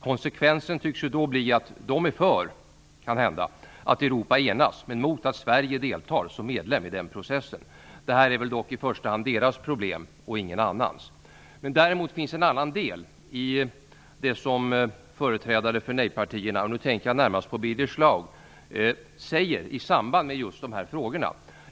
Konsekvensen tycks då bli att de, kan hända, är för att Europa enas men mot att Sverige som medlem deltar i den processen. Det är väl dock i första hand deras problem, inte någon annans. Däremot finns det en annan del i det som företrädare för nej-partierna - jag tänker närmast på Birger Schlaug - säger i samband med just de här frågorna.